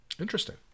Interesting